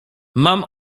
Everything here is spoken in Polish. mam